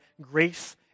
grace